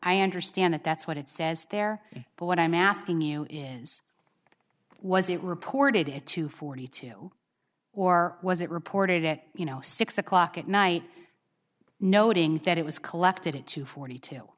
i understand it that's what it says there but what i'm asking you is was it reported at two forty two or was it reported that you know six o'clock at night noting that it was collected two forty t